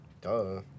Duh